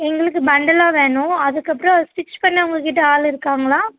எங்களுக்கு பண்டுலாக வேணும் அதுக்கப்புறம் அது ஸ்டிட்ச் பண்ண உங்கள்கிட்ட ஆள் இருக்காங்களா